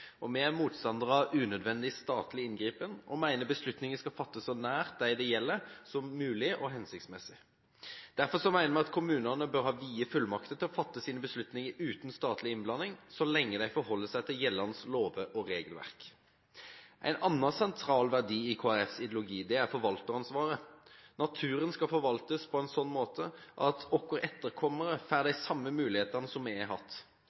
grunncelle. Vi er motstandere av unødvendig statlig inngripen og mener beslutninger skal fattes så nært og så hensiktsmessig som mulig dem det gjelder. Derfor mener vi at kommunene bør ha vide fullmakter til å fatte sine beslutninger uten statlig innblanding, så lenge de forholder seg til gjeldende lover og regelverk. En annen sentral verdi i Kristelig Folkepartis ideologi er forvalteransvaret. Naturen skal forvaltes på en slik måte at våre etterkommere får de samme mulighetene som vi har hatt.